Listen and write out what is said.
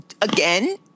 Again